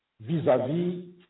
vis-à-vis